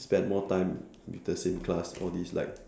spend more time with the same class all these like